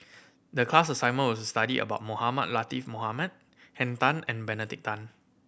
the class assignment was to study about Mohamed Latiff Mohamed Henn Tan and Benedict Tan